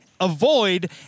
avoid